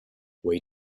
way